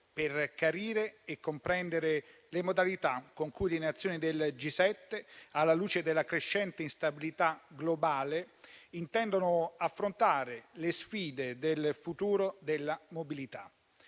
per chiarire e comprendere le modalità con cui le Nazioni del G7, alla luce della crescente instabilità globale, intendono affrontare le sfide del futuro della mobilità.